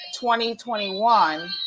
2021